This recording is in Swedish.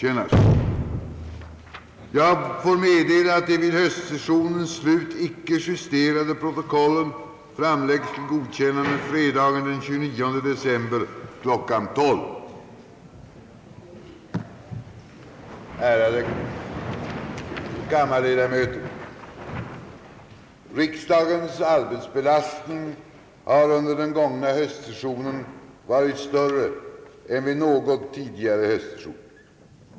Ärade kammarledamöter! Riksdagens arbetsbelastning har under den gångna höstsessionen varit större än vid någon tidigare höstsession.